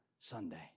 Sunday